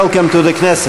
(מחיאות כפיים) Welcome to the Knesset.